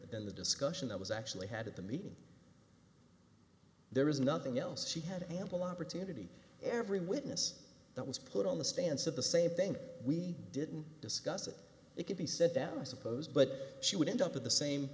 than the discussion i was actually had at the meeting there was nothing else she had ample opportunity every witness that was put on the stance of the same thing we didn't discuss it it could be said that i suppose but she would end up with the same